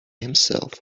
himself